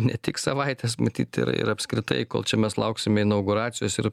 ne tik savaitės matyt ir ir apskritai kol čia mes lauksime inauguracijos ir